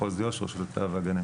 מחוז איו"ש, רשות הטבע והגנים.